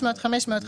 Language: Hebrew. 500 ,500,